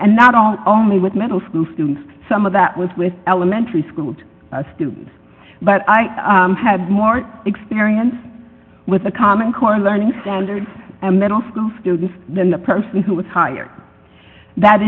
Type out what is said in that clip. and not only only with middle school students some of that was with elementary school students but i had more experience with a common core learning standards and middle school students than the person who was hired that